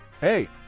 hey